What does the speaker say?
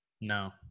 no